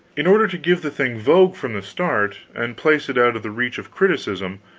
in order to give the thing vogue from the start, and place it out of the reach of criticism,